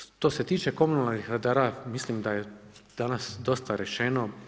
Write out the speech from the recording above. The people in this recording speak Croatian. Što se tiče komunalnih redara, mislim da je danas dosta rečeno.